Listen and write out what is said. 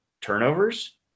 turnovers